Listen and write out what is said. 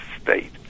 state